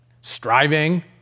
striving